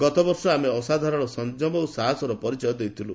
ଗତବର୍ଷ ଆମେ ଅସାଧାରଣ ସଂଯମ ଓ ସାହସର ପରିଚୟ ଦେଇଥିଲୁ